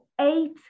eight